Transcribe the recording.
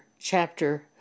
chapter